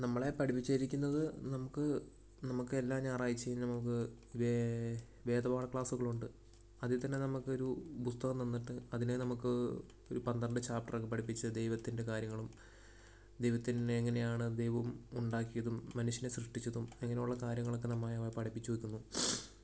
നമ്മളെ പഠിപ്പിച്ചിരിക്കുന്നത് നമുക്ക് നമുക്ക് എല്ലാ ഞായറാഴ്ച്ചയും നമുക്ക് വേദ വേദ പാഠ ക്ലാസ്സുകളുണ്ട് അതിൽ തന്നെ നമുക്കൊരു പുസ്തകം തന്നിട്ട് അതിനെ നമുക്ക് ഒരു പന്ത്രണ്ട് ചാപ്റ്ററൊക്കെ പഠിപ്പിച്ച് ദൈവത്തിൻറ്റെ കാര്യങ്ങളും ദൈവത്തിൻ എങ്ങനെയാണ് ദൈവം ഉണ്ടാക്കിയതും മനുഷ്യനെ സൃഷ്ടിച്ചതും അങ്ങനെയുള്ള കാര്യങ്ങളൊക്കെ നമ്മെ പഠിപ്പിച്ചു വെക്കുന്നു